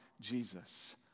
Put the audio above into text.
Jesus